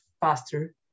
faster